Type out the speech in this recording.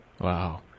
Wow